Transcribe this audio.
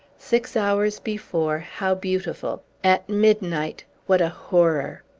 six hours before, how beautiful! at midnight, what a horror!